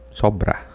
sobra